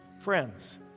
Friends